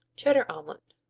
cheddar omelet